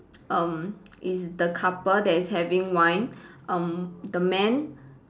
um is the couple that is having wine um the man